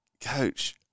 coach